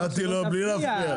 (בהלצה) נתתי לו בלי להפריע.